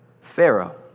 Pharaoh